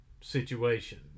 situation